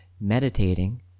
meditating